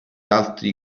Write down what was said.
altri